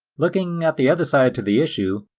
looking at the other side to the issue,